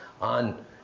on